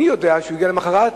אני יודע שהוא הגיע למחרת,